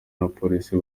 n’abapolisi